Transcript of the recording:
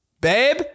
babe